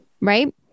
Right